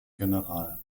general